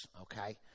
Okay